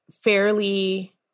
fairly